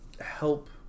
help